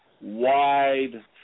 wide